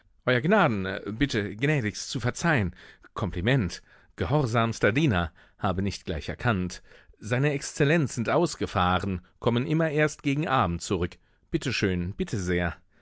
euer gnaden bitte gnädigst zu verzeihen kompliment gehorsamster diener habe nicht gleich erkannt seine exzellenz sind ausgefahren kommen immer erst gegen abend zurück bitte schön bitte sehr